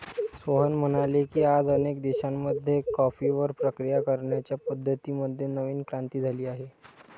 सोहन म्हणाले की, आज अनेक देशांमध्ये कॉफीवर प्रक्रिया करण्याच्या पद्धतीं मध्ये नवीन क्रांती झाली आहे